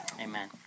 amen